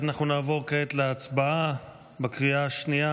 אנחנו נעבור כעת להצבעה בקריאה השנייה